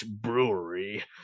Brewery